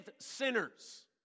sinners